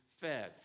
fed